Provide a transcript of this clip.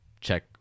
check